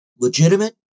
legitimate